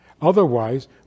Otherwise